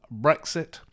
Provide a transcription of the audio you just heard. brexit